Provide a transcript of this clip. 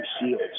SEALs